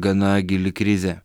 gana gili krizė